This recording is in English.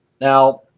Now